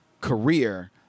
career